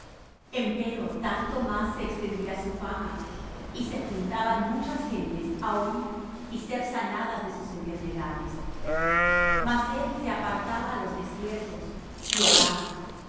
ellos empero tanto más se extendía su fama y se juntaban muchas gentes á oir y ser sanadas de sus enfermedades mas él se apartaba á los desiertos y oraba